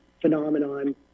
phenomenon